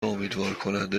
امیدوارکننده